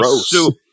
soup